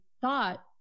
thought